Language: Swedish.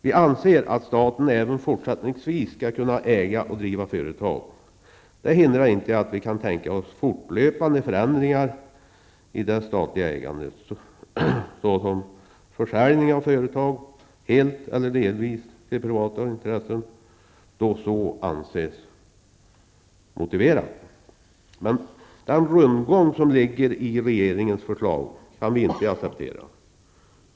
Vi anser att staten även fortsättningsvis skall kunna äga och driva företag. Det hindrar inte att vi kan tänka oss fortlöpande förändringar i det statliga ägandet, såsom försäljning av företag helt eller delvis till privata intressen, då så anses motiverat. Den rundgång som ligger i regeringens förslag kan vi inte acceptera.